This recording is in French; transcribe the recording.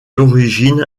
l’origine